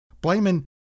blaming